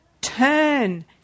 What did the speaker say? turn